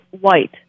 white